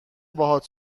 باهات